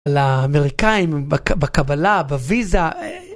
לאמריקאים, בקבלה, בוויזה...